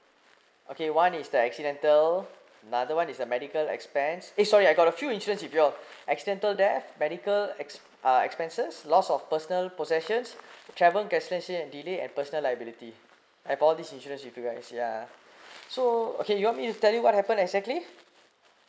okay one is the accidental another one is the medical expenses eh sorry I got a few insurance if you all accidental deaths medical ex~ uh expenses loss of personal possessions travel and delay and personal liability and all these insurance with you guys ya so okay you want me to telling what happen exactly